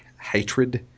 hatred